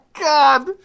God